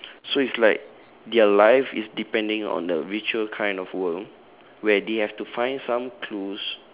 so it's like their life is depending on the virtual kind of world where they have to find some clues